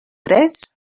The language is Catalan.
tres